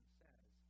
says